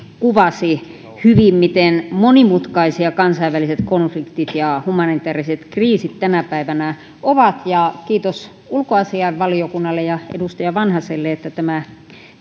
kuvasi hyvin miten monimutkaisia kansainväliset konfliktit ja humanitääriset kriisit tänä päivänä ovat kiitos ulkoasiainvaliokunnalle ja edustaja vanhaselle että tämä